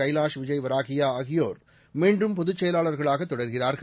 Kailash Vijayvargiya ஆகியோர் மீண்டும் பொதுச் செயலாளர்களாக தொடர்கிறார்கள்